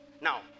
Now